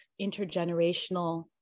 intergenerational